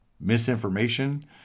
misinformation